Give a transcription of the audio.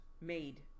made